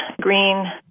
green